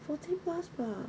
forty plus bah